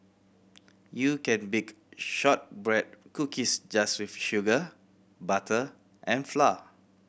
you can bake shortbread cookies just with sugar butter and flour